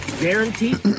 Guaranteed